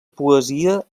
poesia